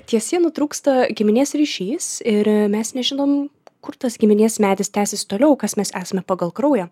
ties ja nutrūksta giminės ryšys ir mes nežinom kur tas giminės medis tęsis toliau kas mes esame pagal kraują